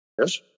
Yes